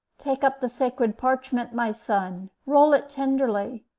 take up the sacred parchment, my son roll it tenderly.